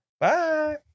bye